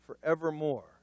forevermore